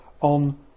on